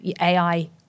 AI